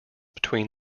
between